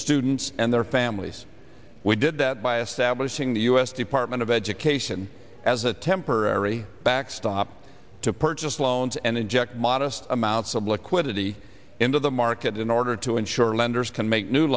students and their families we did that by a sabotaging the u s department of education as a temporary backstop to purchase loans and inject modest amounts of liquidity into the market in order to ensure lenders can make new